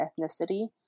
ethnicity